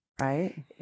right